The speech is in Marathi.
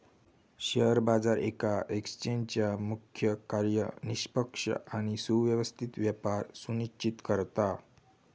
शेअर बाजार येका एक्सचेंजचा मुख्य कार्य निष्पक्ष आणि सुव्यवस्थित व्यापार सुनिश्चित करता